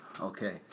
Okay